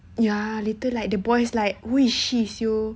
ya later like the boys like who is she [siol]